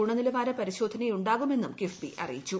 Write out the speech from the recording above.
ഗുണനിലവാര പരിശോധന ഉണ്ടാകുമെന്നും കിഫ്ബി അറിയിച്ചു